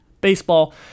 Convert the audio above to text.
baseball